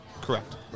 Correct